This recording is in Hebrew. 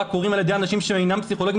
קורים על ידי אנשים שאינם פסיכולוגים.